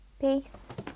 Peace